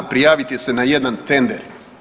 Prijaviti se na jedan tender.